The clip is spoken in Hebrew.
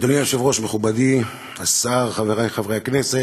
היושב-ראש, מכובדי השר, חברי חברי הכנסת,